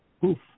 Poof